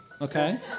Okay